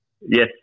Yes